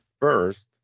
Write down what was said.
first